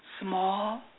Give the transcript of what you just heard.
small